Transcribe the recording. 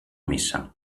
missa